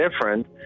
different